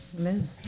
Amen